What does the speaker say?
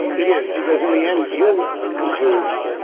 it is, because in the end hume concludes,